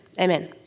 amen